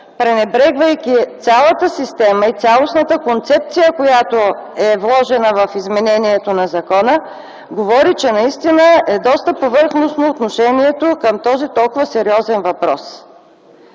пренебрегвайки цялата система и цялостната концепция, която е вложена в изменението на закона, говори, че наистина е доста повърхностно отношението към този толкова сериозен въпрос.